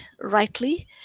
rightly